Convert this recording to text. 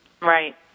right